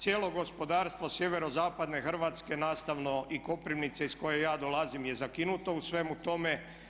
Cijelo gospodarstvo sjeverozapadne Hrvatske nastavno i Koprivnice iz koje ja dolazim je zakinuto u svemu tome.